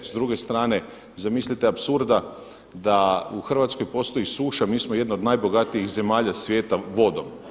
S druge strane, zamislite apsurda da u Hrvatskoj postoji suša mi smo jedna od najbogatijih zemalja svijeta vodom.